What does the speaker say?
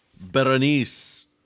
Berenice